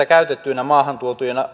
käytettyinä maahan tuotujen